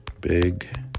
big